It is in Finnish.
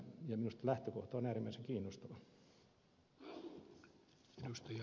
minusta lähtökohta on äärimmäisen kiinnostava